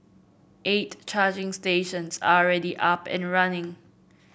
eight charging stations are already up and running